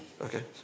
Okay